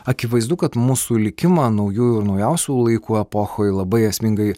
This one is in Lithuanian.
akivaizdu kad mūsų likimą naujųjų ir naujausių laikų epochoj labai esmingai